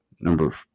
Number